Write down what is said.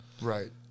Right